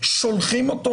קודם כל שולחים אותו